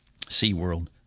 SeaWorld